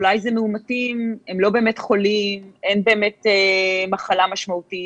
אולי אלה מאומתים שהם לא באמת חולים ואין באמת מחלה משמעותית.